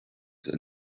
the